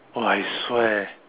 !wah! I swear